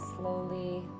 Slowly